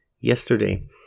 yesterday